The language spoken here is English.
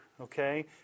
okay